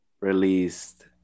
released